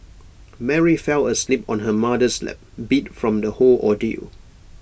Mary fell asleep on her mother's lap beat from the whole ordeal